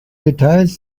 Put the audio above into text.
details